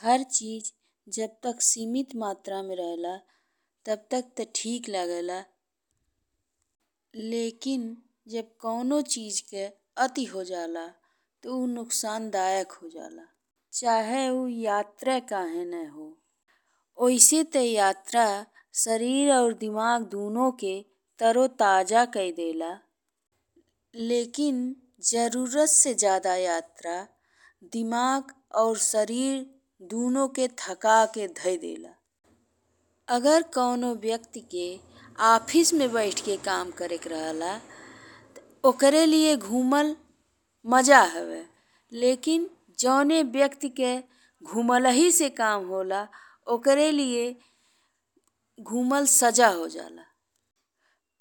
हर चीज जब तक सीमित मात्रा में रहेला तब तक ते ठीक लागेला लेकिन जब कउनो चीज के अति हो जाला ते उ नुकसानदयक हो जाला चाहे उ यात्रा काहे न हो। ओइसे ते यात्रा शरीर और दिमाग दुनो के ताजो ताजा कई देला लेकिन जरूरत से ज्यादा यात्रा दिमाग और शरीर दुनो के थकाके धई देला। अगर कवनो व्यक्ति के ऑफिस में बइठ के काम करेके रहेला ते ओकरा लागि घूमल मजा हवे लेकिन जवन व्यक्ति के घुमलाई से काम होला ओकरा लागि घूमल सजा हो जाला।